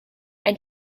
and